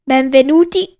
Benvenuti